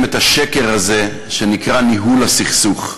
את השקר הזה שנקרא "ניהול הסכסוך".